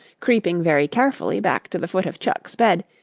creeping very carefully back to the foot of chuck's bed,